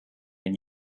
and